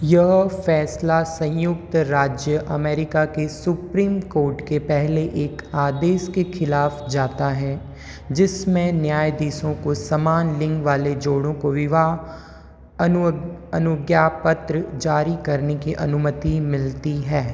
यह फ़ैसला संयुक्त राज्य अमेरिका के सुप्रीम कोर्ट के पहले एक आदेश के खिलाफ़ जाता है जिसमें न्यायधीशों को समान लिंग वाले जोड़ों को विवाह अनु अनुज्ञा पत्र जारी करने की अनुमति मिलती है